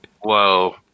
Whoa